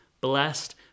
Blessed